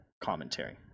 commentary